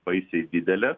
baisiai didelės